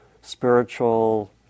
spiritual